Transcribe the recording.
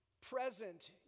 present